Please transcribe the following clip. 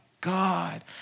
God